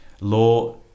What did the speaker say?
Law